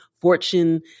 Fortune